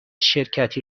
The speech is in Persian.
شرکتی